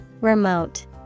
Remote